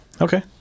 Okay